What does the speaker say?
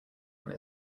one